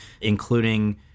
including